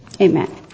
Amen